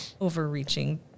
overreaching